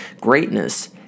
Greatness